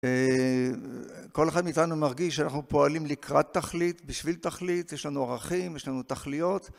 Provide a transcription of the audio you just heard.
כל אחד מאיתנו מרגיש שאנחנו פועלים לקראת תכלית בשביל תכלית, יש לנו ערכים, יש לנו תכליות.